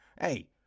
Hey